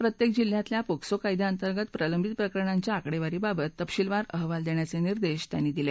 प्रत्येक जिल्ह्यातल्या पोक्सो कायद्याअंतर्गत प्रलंबित प्रकरणांच्या आकडेवारीबाबत तपशीलवर अहवाल देण्याचे निर्देशही त्यांनी दिले